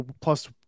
plus